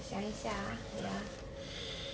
想一下 ah wait ah